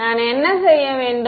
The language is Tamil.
நான் என்ன செய்ய வேண்டும்